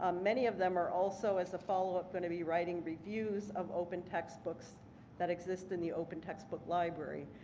um many of them are also, as a followup, going to be writing reviews of open textbooks textbooks that exist in the open textbook library.